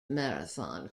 marathon